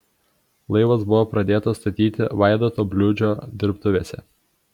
laivas buvo pradėtas statyti vaidoto bliūdžio dirbtuvėse